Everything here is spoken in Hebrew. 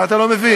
מה אתה לא מבין?